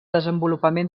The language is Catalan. desenvolupament